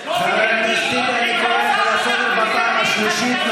חבר הכנסת טיבי, אני קורא אותך לסדר בפעם השלישית.